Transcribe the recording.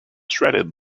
shredded